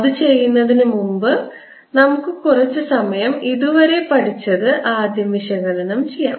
അത് ചെയ്യുന്നതിന് മുമ്പ് നമുക്ക് കുറച്ചുസമയം ഇതുവരെ പഠിച്ചത് ആദ്യം വിശകലനം ചെയ്യാം